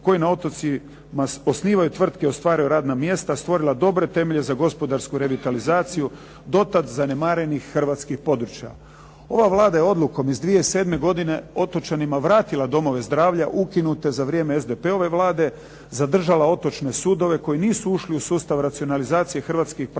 koji na otocima osnivaju tvrtke, ostvaruju radna mjesta, stvorila dobre temelje za dobru gospodarsku revitalizaciju, do tada zanemarenih hrvatskih područja. Ova Vlada je Odlukom iz 2007. godine otočanima vratila domove zdravlja, ukinute za vrijeme SDP-ove Vlade zadržala otočne sudove koji nisu ušli u sustav racionalizacije hrvatskih pravosudnih